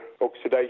oxidation